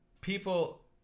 People